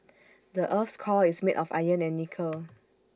the Earth's core is made of iron and nickel